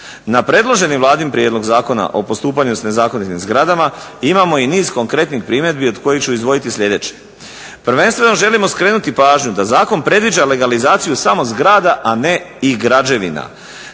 Na predloženi Vladin Prijedlog zakona o postupanju s nezakonitim zgradama imamo i niz konkretnih primjedbi od kojih ću izdvojiti sljedeće. Prvenstveno želimo skrenuti pažnju da zakon predviđa legalizaciju samo zgrada, a ne i građevine.